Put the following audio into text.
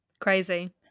Crazy